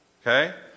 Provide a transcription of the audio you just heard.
Okay